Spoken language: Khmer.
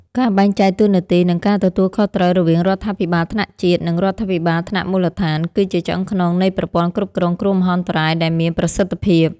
ការបែងចែកតួនាទី និងការទទួលខុសត្រូវរវាងរដ្ឋាភិបាលថ្នាក់ជាតិ និងរដ្ឋាភិបាលថ្នាក់មូលដ្ឋាន គឺជាឆ្អឹងខ្នងនៃប្រព័ន្ធគ្រប់គ្រងគ្រោះមហន្តរាយដែលមានប្រសិទ្ធភាព។